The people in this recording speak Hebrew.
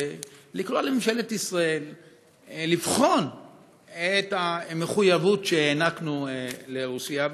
זה לקרוא לממשלת ישראל לבחון את המחויבות שהענקנו לרוסיה,